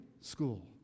school